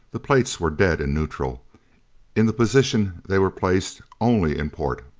the plates were dead in neutral in the position they were placed only in port!